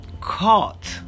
caught